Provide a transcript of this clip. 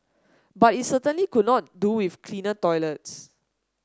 but it certainly could not do with cleaner toilets